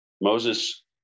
Moses